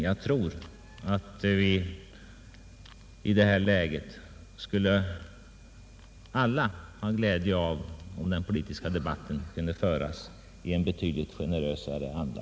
Jag tror att det i dagens läge skulle vara oss alla till glädje, om den politiska debatten kunde föras i en betydligt generösare anda.